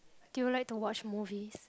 do you like to watch movies